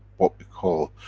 what we call,